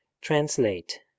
Translate